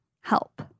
Help